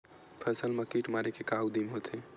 फसल मा कीट मारे के का उदिम होथे?